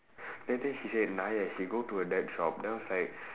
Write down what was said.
then after that she said she go to her dad's shop then I was like